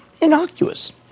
innocuous